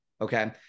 okay